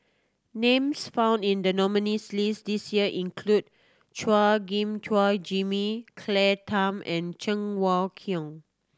names found in the nominees' list this year include Chua Gim Guan Jimmy Claire Tham and Cheng Wai Keung